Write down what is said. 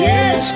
Yes